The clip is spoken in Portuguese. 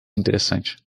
interessante